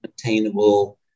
attainable